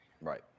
Right